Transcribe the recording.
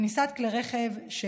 כניסת כלי רכב נאסרת,